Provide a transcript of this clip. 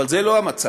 אבל זה לא המצב.